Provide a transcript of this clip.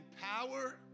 power